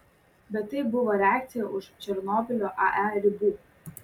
bet tai buvo reakcija už černobylio ae ribų